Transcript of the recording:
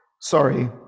sorry